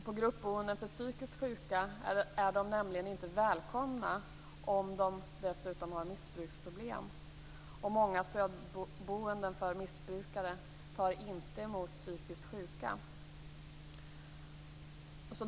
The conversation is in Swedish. På gruppboenden för psykiskt sjuka är de nämligen inte välkomna om de dessutom har missbruksproblem, och många stödboenden för missbrukare tar inte emot psykiskt sjuka.